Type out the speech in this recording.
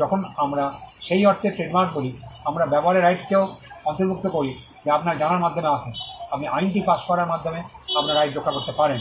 যখন আমরা সেই অর্থে ট্রেডমার্ক বলি আমরা ব্যবহারের রাইটসকেও অন্তর্ভুক্ত করি যা আপনার জানার মাধ্যমে আসে আপনি আইনটি পাস করার মাধ্যমে আপনার রাইটস রক্ষা করতে পারেন